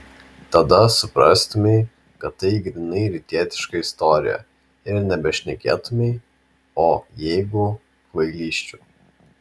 tada suprastumei kad tai grynai rytietiška istorija ir nebešnekėtumei o jeigu kvailysčių